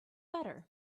better